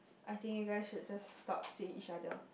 I think you guys should just stop seeing each other